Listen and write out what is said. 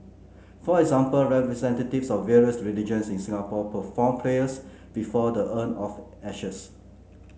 for example representatives of various religions in Singapore performed prayers before the urn of ashes